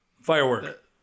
Firework